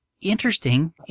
interesting